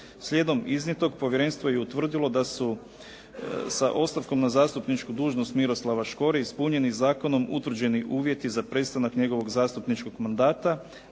Slijedom iznijetog povjerenstvo je utvrdilo da su sa ostavkom na zastupničku dužnost Miroslava Škore ispunjeni zakonom utvrđeni uvjeti za prestanak njegovog zastupničkog mandata